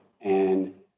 and-